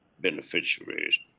beneficiaries